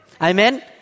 Amen